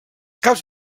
caps